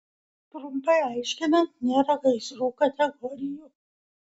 trumpai aiškinant nėra gaisrų kategorijų